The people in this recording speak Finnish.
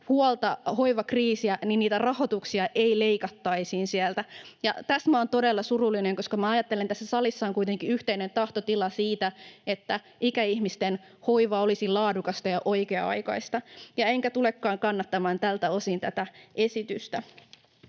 hoivahuolta, hoivakriisiä, niin niitä rahoituksia ei leikattaisi sieltä. Tästä minä olen todella surullinen, koska minä ajattelen, että tässä salissa on kuitenkin yhteinen tahtotila siitä, että ikäihmisten hoiva olisi laadukasta ja oikea-aikaista. Enkä tulekaan kannattamaan tältä osin tätä esitystä.